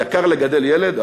יקר לגדל ילד,